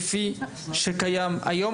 כפי שקיים היום.